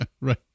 Right